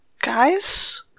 Guys-